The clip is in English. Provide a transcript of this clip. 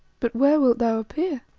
but where wilt thou appear?